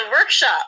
workshop